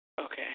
Okay